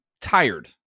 tired